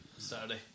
Saturday